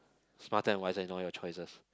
smarter and wiser than all your choices